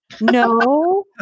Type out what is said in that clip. No